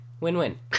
Win-win